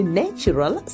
natural